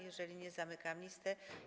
Jeżeli nie, zamykam listę.